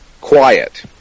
Quiet